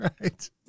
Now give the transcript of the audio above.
right